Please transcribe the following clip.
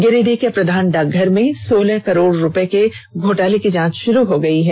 गिरिडीह के प्रधान डाकघर में सोलह करोड़ रुपये के घोटाले की जांच शुरू हो गयी है